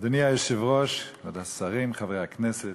אדוני היושב-ראש, כבוד השרים, חברי הכנסת,